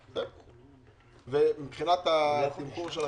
ומבחינת התמחור של הכרטיסים?